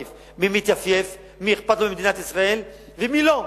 מי מתייפייף, מי אכפת לו ממדינת ישראל ומי לא.